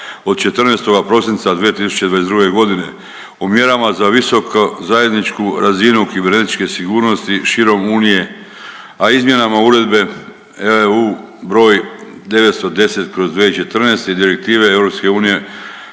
od 14. prosinca 2022. godine. O mjerama za visoko zajedničku razinu kibernetičke sigurnosti širom Unije, a izmjenama Uredbe EU broj 910/2014 i Direktive EU